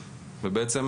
ובעצם,